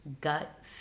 gut